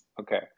Okay